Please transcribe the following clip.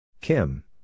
Kim